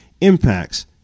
impacts